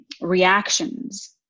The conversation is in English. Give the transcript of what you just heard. reactions